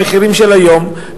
במחירים של היום,